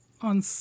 on